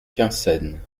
quinssaines